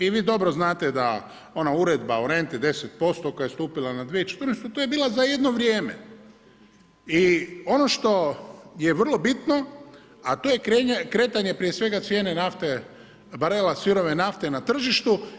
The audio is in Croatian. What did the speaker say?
I vi dobro znate da ona uredba o renti 10% koja je stupila na 2014. to je bila za jedno vrijeme. i ono što je vrlo bitno, a to je kretanje prije svega cijene nafte barela sirove nafte na tržištu.